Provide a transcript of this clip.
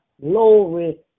Glory